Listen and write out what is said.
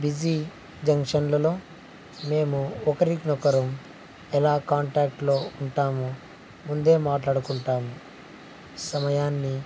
busy జంక్షన్లలో మేము ఒకరికి ఒకరం ఎలా కాంటాక్ట్లో ఉంటాము ముందే మాట్లాడుకుంటాము సమయాన్ని